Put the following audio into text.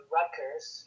Rutgers